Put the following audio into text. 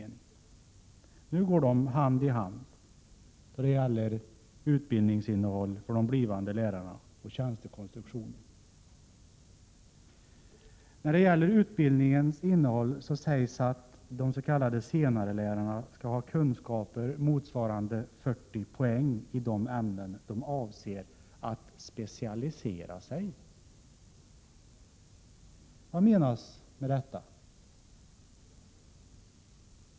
Nu går de hand i hand när det gäller utbildningsinnehåll och tjänstekonstruktion för de blivande lärarna. Beträffande utbildningens innehåll sägs att de s.k. senarelärarna skall ha kunskaper motsvarande 40 poäng i de ämnen där de avser att specialisera sig.